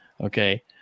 Okay